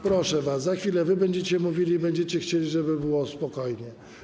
Proszę was, za chwilę wy będziecie mówili i będziecie chcieli, żeby było spokojnie.